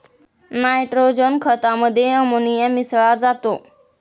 nitrogen खतामध्ये ammonia मिसळा जातो